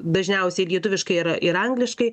dažniausiai lietuviškai ir ir angliškai